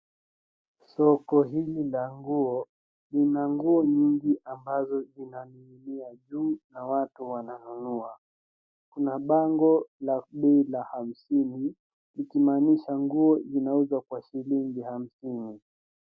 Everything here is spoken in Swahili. Soko hili la nguo lina nguo nyingi ambazo zinaninginia juu na watu wananunua, kuna bango la hamsini ikimanisha nguo inauzwa kwa shilingi hamsini.